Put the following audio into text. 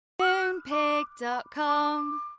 Moonpig.com